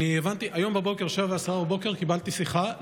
היום ב-07:10 קיבלתי שיחה,